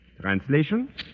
Translation